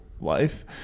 life